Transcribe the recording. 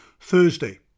Thursday